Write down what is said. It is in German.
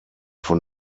von